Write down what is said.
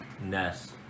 Ness